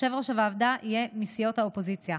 יושב-ראש הוועדה יהיה מסיעות האופוזיציה.